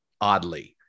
oddly